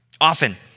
often